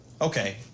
Okay